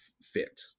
fit